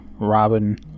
Robin